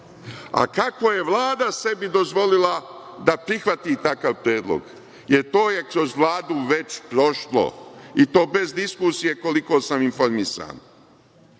A kako je Vlada sebi dozvolila da prihvati takav predlog, jer to je kroz Vladu već prošlo, i to bez diskusije, koliko sam informisan.